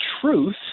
truth